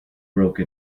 broke